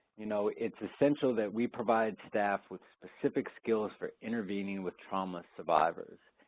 you know, it's essential that we provide staff with specific skills for intervening with trauma survivors.